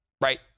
right